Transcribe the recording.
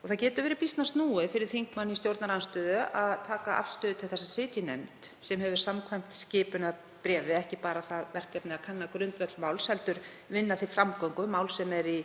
Það getur verið býsna snúið fyrir þingmann í stjórnarandstöðu að taka afstöðu til þess að sitja í nefnd sem hefur samkvæmt skipunarbréfi ekki bara það verkefni að kanna grundvöll máls heldur vinna því framgöngu, mál sem er í